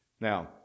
Now